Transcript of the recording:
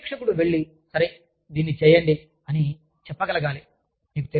వారి పర్యవేక్షకుడు వెళ్ళి సరే దీన్ని చేయండి అనే చెప్పగలగాలి